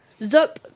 Zup